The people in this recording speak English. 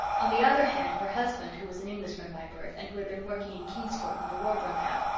on the other hand, her husband, who was an englishman by birth and who had been working in kingsport when the war broke out,